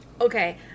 Okay